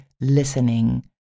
listening